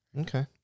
Okay